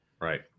Right